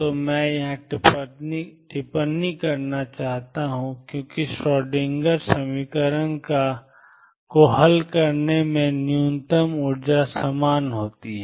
तो मैं यहां टिप्पणी करना चाहता हूं क्योंकि श्रोडिंगर समीकरण को हल करने से न्यूनतम ऊर्जा समान होती है